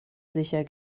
sicher